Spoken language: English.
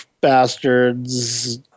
bastards